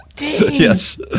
Yes